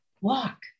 Walk